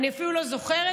אני אפילו לא זוכרת,